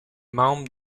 membres